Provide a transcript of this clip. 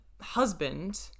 husband